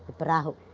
but